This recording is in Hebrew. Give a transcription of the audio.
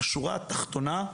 בשורה התחתונה,